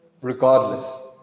regardless